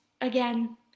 again